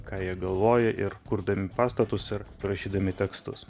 ką jie galvoja ir kurdami pastatus ir rašydami tekstus